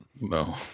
No